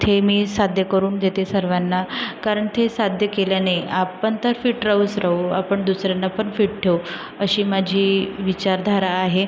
हे मी साध्य करून देते सर्वांना कारण ते साध्य केल्याने आपण तर फिट राहूच राहू आपण दुसऱ्यांना पण फिट ठेवू अशी माझी विचारधारा आहे